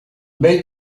bey